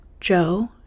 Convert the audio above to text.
joe